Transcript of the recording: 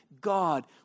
God